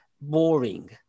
boring